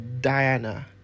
Diana